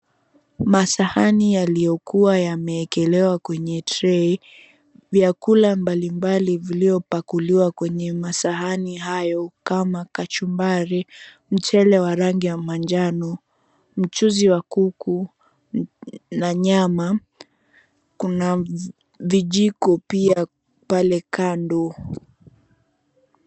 Masahani yaliyokuwa yameekelewa kwenye tray . Vyakula mbalimbali viliopakuliwa kwenye masahani hayo kama kachumbari, mchele wa rangi ya manjano, mchuzi wa kuku na nyama. Kuna vijiko pia pale kando.